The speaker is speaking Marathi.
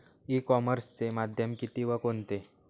ई कॉमर्सचे माध्यम किती व कोणते?